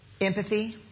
Empathy